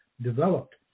developed